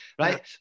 right